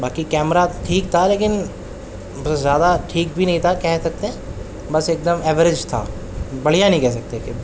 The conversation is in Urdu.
باقی کیمرا ٹھیک تھا لیکن بس زیادہ ٹھیک بھی نہیں تھا کہہ سکتے ہیں بس ایک دم ایوریج تھا بڑھیا نہیں کہہ سکتے کہ